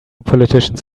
politicians